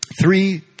three